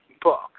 book